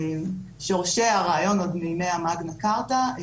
שורשי הרעיון עוד מימי המגנה כרטה הוא